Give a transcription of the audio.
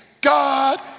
God